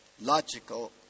Logical